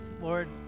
Lord